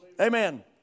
amen